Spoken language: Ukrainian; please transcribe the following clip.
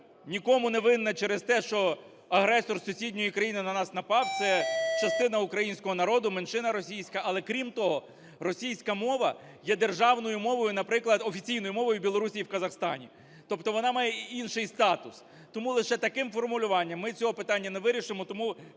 нікому не винна через те, що агресор з сусідньої країни на нас напав, це частина українського народу, меншина російська. Але крім того, російська мова є державною мовою, наприклад, офіційною мовою в Білорусії і в Казахстані, тобто вона має інший статус. Тому лише таким формулюванням ми цього питання не вирішимо.